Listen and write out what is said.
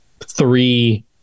three